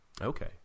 Okay